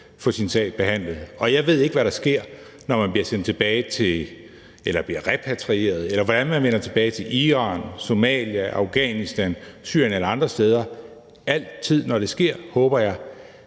få sin sag behandlet. Og jeg ved ikke, hvad der sker, når man bliver sendt tilbage – eller når man bliver repatrieret, eller hvordan man vender tilbage – til Iran, Somalia, Afghanistan, Syrien eller andre steder. Altid, når det sker, håber jeg,